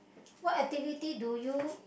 what activity do you